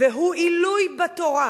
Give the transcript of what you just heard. והוא עילוי בתורה